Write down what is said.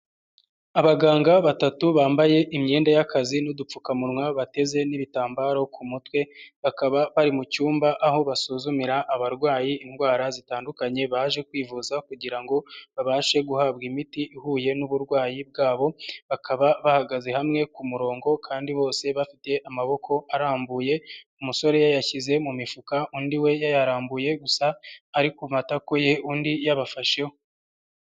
Abaganga batatu bambaye imyenda y'akazi n'udupfukamunwa bateze n'ibitambaro ku mutwe bakaba bari mu cyumba aho basuzumira abarwayi indwara zitandukanye baje kwivuza kugira ngo babashe guhabwa imiti ihuye n'uburwayi bwabo, bakaba bahagaze hamwe ku murongo kandi bose bafite amaboko arambuye, umusore yashyize mu mifuka, undi we yayarambuye gusa ari ku matako ye, undi yabafasheho.